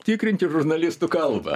tikrinti žurnalistų kalbą